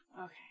Okay